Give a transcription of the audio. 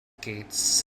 gates